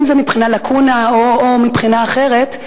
אם זה מבחינת לקונה או מבחינה אחרת,